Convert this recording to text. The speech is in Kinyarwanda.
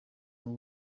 ubwo